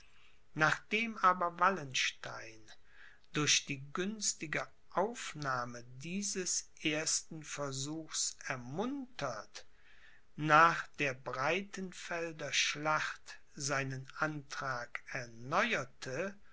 nachdem aber wallenstein durch die günstige aufnahme dieses ersten versuchs ermuntert nach der breitenfelder schlacht seinen antrag erneuerte